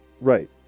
right